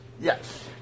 Yes